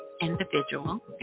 individual